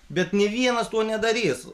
bet nė vienas to nedarys